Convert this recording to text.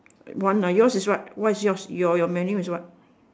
one ah yours is what is yours your your menu is what